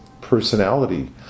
personality